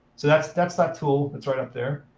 so that's that's that tool. it's right up there.